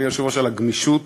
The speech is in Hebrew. הגיע דקה